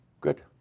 Good